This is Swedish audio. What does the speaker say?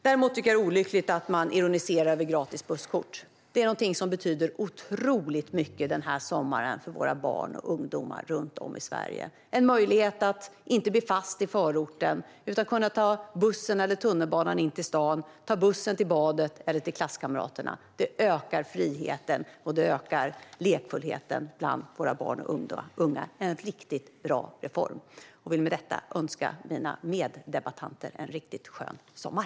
Däremot tycker jag att det är olyckligt att man ironiserar över gratis busskort. Det är någonting som betyder otroligt mycket i sommar för våra barn och ungdomar runt om i Sverige. Det är en möjlighet att inte bli fast i förorten utan kunna ta bussen eller tunnelbanan in till stan, till badet eller till klasskamraterna. Det ökar friheten, och det ökar lekfullheten bland våra barn och unga. Det är en riktigt bra reform. Med det vill jag önska mina meddebattörer en riktigt skön sommar!